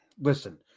listen